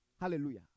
Hallelujah